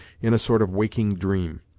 in a sort of waking dream.